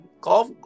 golf